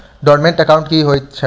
Dormant account की छैक?